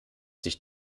dich